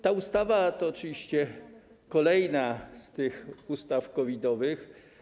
Ta ustawa to oczywiście kolejna z ustaw COVID-owych.